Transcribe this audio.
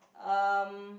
um